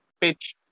pitch